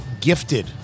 gifted